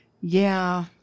Yeah